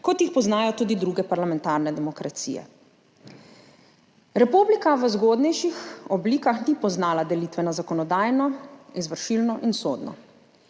kot jih poznajo tudi druge parlamentarne demokracije. Republika v zgodnejših oblikah ni poznala delitve na zakonodajno, izvršilno in sodno.